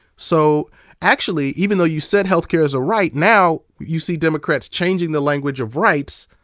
so actually, even though you said health care is a right, now you see democrats changing the language of rights,